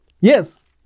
Yes